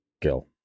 Gil